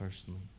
personally